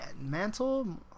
mantle